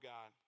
God